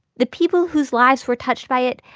the people whose lives were touched by it,